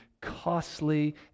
costly